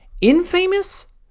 infamous